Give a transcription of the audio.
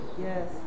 yes